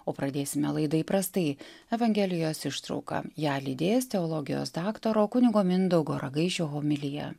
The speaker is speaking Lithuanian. o pradėsime laidą įprastai evangelijos ištrauka ją lydės teologijos daktaro kunigo mindaugo ragaišio homilija